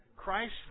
Christ